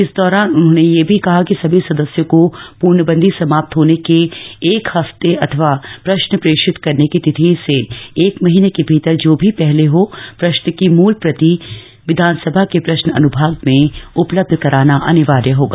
इस दौरान उन्होंने यह भी कहा कि सभी सदस्यों को पूर्णबन्दी समाप्त होने के एक सप्ताह अथवा प्रश्न प्रेषित करने की तिथि से एक माह के भीतर जो भी पहले हो प्रश्न की मूल प्रति विधानसभा के प्रश्न अनुभाग में उपलब्ध कराना अनिवार्य होगा